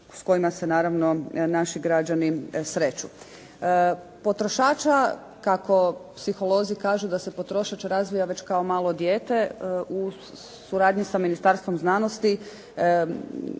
s kojima se naravno naši građani sreću. Potrošača kako psiholozi kažu da se potrošač razvija već kao malo dijete u suradnji sa Ministarstvom znanosti